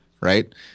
right